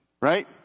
right